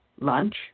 lunch